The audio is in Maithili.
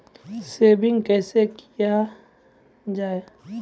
सेविंग कैसै किया जाय?